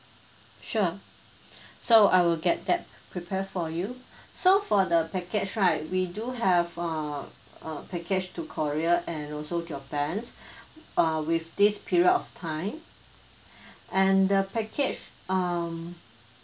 sure so I will get that prepare for you so for the package right we do have err uh package to korea and also japan uh with this period of time and the package um